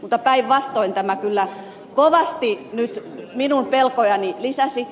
mutta päinvastoin tämä kyllä kovasti nyt minun pelkojani lisäsi